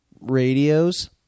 Radios